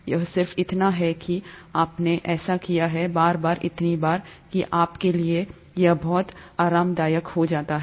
यह सिर्फ इतना है कि आपने ऐसा किया है बार बार इतनी बार कि आप के लिए ये बहुत आरामदायक हो जाते हैं